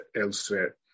elsewhere